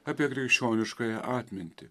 apie krikščioniškąją atmintį